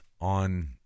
on